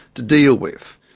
to deal with.